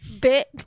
bit